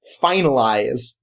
finalize